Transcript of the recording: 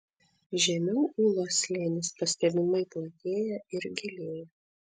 žemiau ūlos slėnis pastebimai platėja ir gilėja